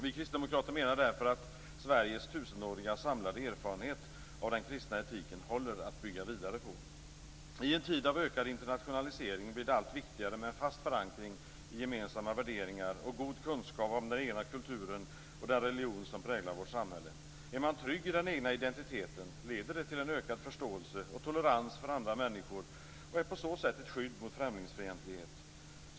Vi kristdemokrater menar därför att Sveriges tusenåriga samlade erfarenhet av den kristna etiken håller att bygga vidare på. I en tid av ökad internationalisering blir det allt viktigare med en fast förankring i gemensamma värderingar och god kunskap om den egna kulturen och den religion som präglar vårt samhälle. Är man trygg i den egna identiteten leder det till en ökad förståelse och tolerans för andra människor som är ett skydd mot främlingsfientlighet.